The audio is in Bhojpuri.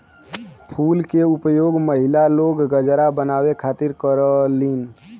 फूल के उपयोग महिला लोग गजरा बनावे खातिर करलीन